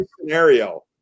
scenario